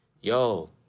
yo